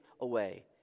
away